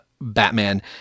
batman